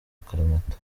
akaramata